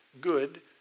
good